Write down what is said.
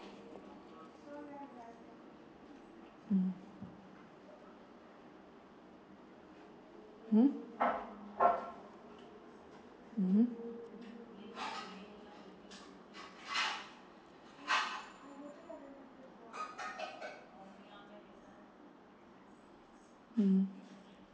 mm hmm mmhmm mmhmm